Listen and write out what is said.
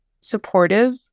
supportive